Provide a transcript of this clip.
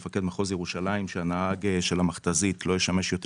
מפקד מחוז ירושלים שהנהג של המכתזית לא ישמש יותר